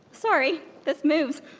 sorry, this moves.